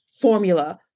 formula